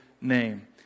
name